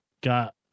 got